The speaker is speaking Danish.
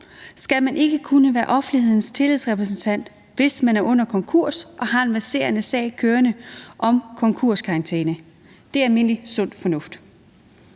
skal man ikke kunne være offentlighedens tillidsrepræsentant, hvis man er under konkurs og har en verserende sag kørende om konkurskarantæne. Det er almindelig sund fornuft.